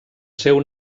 seu